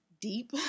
deep